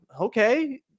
okay